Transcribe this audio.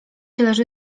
leży